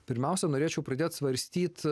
pirmiausia norėčiau pradėt svarstyt